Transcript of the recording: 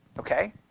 Okay